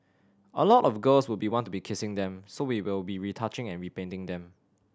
a lot of girls would be want to be kissing them so we will be retouching and repainting them